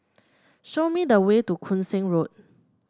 show me the way to Koon Seng Road